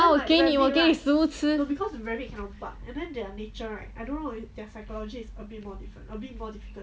你 also 懂 ah 我给你我给你食物吃